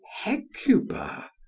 hecuba